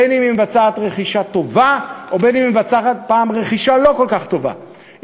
בין אם היא מבצעת רכישה טובה ובין אם מבצעת פעם רכישה לא כל כך טובה,